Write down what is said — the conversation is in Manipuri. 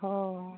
ꯍꯣꯏ ꯍꯣꯏ ꯍꯣꯏ